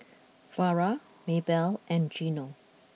Vara Maybelle and Gino